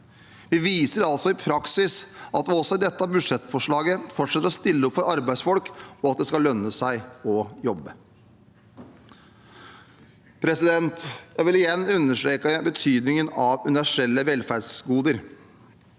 Vi viser altså i praksis at vi også i dette budsjettforslaget fortsetter å stille opp for arbeidsfolk, og at det skal lønne seg å jobbe. Jeg vil igjen understreke betydningen av universelle velferdsgoder